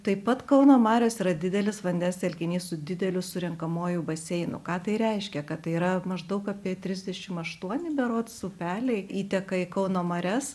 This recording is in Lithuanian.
taip pat kauno marios yra didelis vandens telkinys su dideliu surenkamuoju baseinu ką tai reiškia kad tai yra maždaug apie trisdešim aštuoni berods upeliai įteka į kauno marias